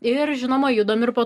ir žinoma judam ir po to